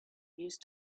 used